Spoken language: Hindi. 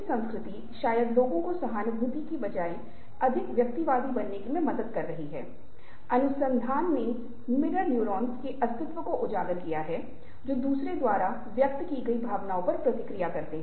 संभवत आपको अपनी भाषा अथवा अपने हाव भाव पर ज़्यादा काम करना होगा हैं क्योंकि बहुत सारी जानकारी गायब है कि क्या आपका मुस्कुरा रहे हैं उस दूसरे व्यक्ति को पता नहीं चल पा रहा है की आप क्या कर रहे है